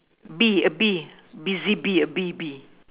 bee a bee busy bee a bee bee